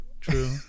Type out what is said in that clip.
True